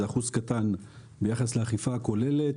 זה אחוז קטן ביחס לאכיפה הכוללת.